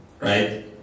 right